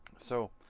so,